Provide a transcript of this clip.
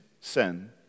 sin